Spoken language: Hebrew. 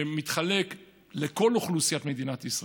שמתחלק בין כל אוכלוסיית מדינת ישראל,